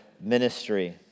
ministry